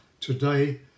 today